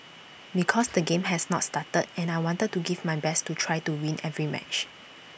because the game has not started and I want to give my best to try to win every match